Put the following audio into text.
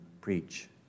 preach